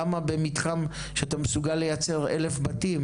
למה במתחם שאתה מסוגל לייצר 1,000 בתים